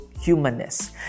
humanness